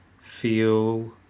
feel